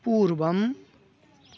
पूर्वम्